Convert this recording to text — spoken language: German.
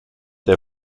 der